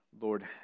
Lord